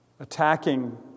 Attacking